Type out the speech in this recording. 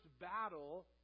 battle